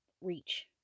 reach